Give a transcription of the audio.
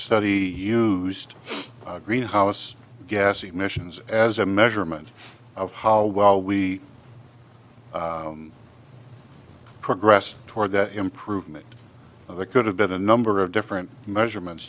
study used greenhouse gas emissions as a measurement of how well we progress toward that improvement there could have been a number of different measurement